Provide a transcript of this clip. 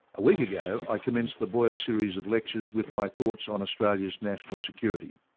a week ago i commenced the boyer series of lectures with my thoughts on australia's national security.